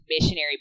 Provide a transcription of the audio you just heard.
missionary